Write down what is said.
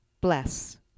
Bless